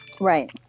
Right